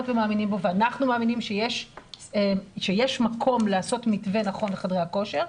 ומאמינים בו ואנחנו מאמינים שיש מקום לעשות מתווה נכון לחדרי הכושר,